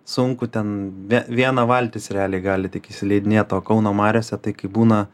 sunku ten vie viena valtis realiai gali tik įsileidinėt o kauno mariose tai kai būna